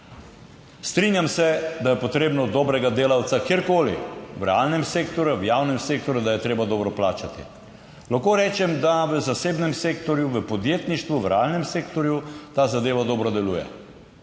Strinjam se, da je potrebno dobrega delavca kjerkoli v realnem sektorju, v javnem sektorju, da je treba dobro plačati. Lahko rečem, da v zasebnem sektorju, v podjetništvu, v realnem sektorju ta zadeva dobro deluje.